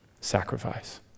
sacrifice